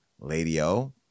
lady-o